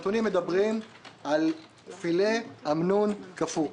הנתונים מדברים על פילה אמנון קפוא,